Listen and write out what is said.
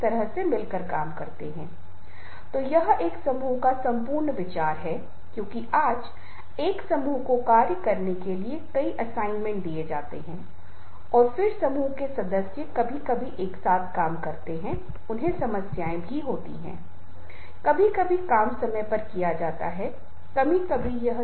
अब नेता केवल जब महत्वपूर्ण हैं जब उनके अच्छे अनुयायी हैं और अनुयायी अपने नेताओं द्वारा आश्वस्त हैं और वे सम्मान दिखाते हैं और समझते हैं और उसका अनुसरण करते हैं कि वह जो भी कह रहा है हाँ वह मेरा नेता है और मुझे उसका पालन करना है